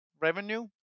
revenue